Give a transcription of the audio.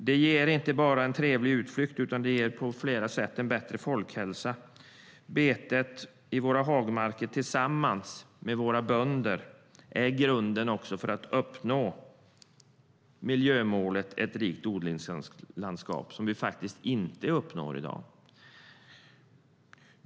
Det ger inte bara en trevlig utflykt utan också på flera sätt en bättre folkhälsa. Betet i våra hagmarker är tillsammans med våra bönder grunden för att uppnå miljömålet Ett rikt odlingslandskap, som vi inte uppnår i dag.